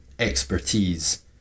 expertise